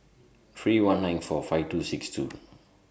three one nine four five two six two